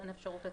אין אפשרות לתקן.